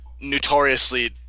notoriously